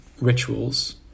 rituals